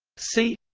c